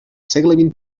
segle